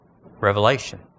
Revelation